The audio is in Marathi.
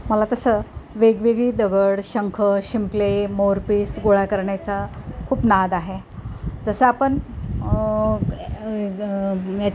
मला तसं वेगवेगळी दगड शंख शिंपले मोरपीस गोळा करण्याचा खूप नाद आहे जसं आपण ग याचं